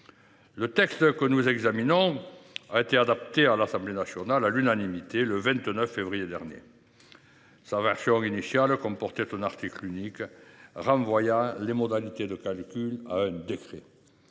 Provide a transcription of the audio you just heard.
Le texte que nous examinons a été adopté à l’Assemblée nationale, à l’unanimité, le 29 février dernier. Sa version initiale comportait un article unique, qui renvoyait les modalités de calcul des